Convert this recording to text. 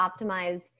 optimize